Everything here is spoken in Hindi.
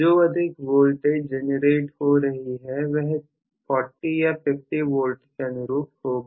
जो अधिक वोल्टेज जनरेट हो रही है वह 40 या 50 वोल्ट के अनुरूप होगी